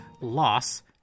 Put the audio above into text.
loss